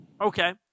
Okay